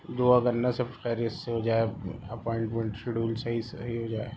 دعا کرنا سب خیریت سے ہو جائے اپوائنٹمنٹ شیڈول صحیح صحیح ہو جائے